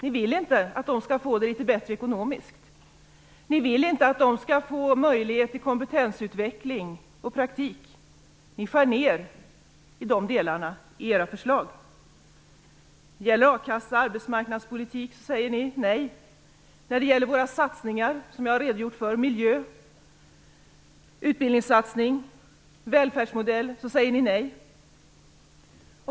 Ni vill inte att de skall få det litet bättre ekonomiskt. Ni vill inte att de skall få möjlighet till kompetensutveckling och praktik. Ni skär ned på de delarna i era förslag. När det gäller a-kassa och arbetsmarknadspolitik säger ni nej. När det gäller våra satsningar, som jag redogjort för, på miljö, utbildning och välfärdsmodell så säger ni nej.